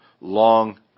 long